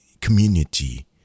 community